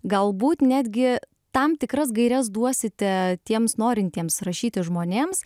galbūt netgi tam tikras gaires duosite tiems norintiems rašyti žmonėms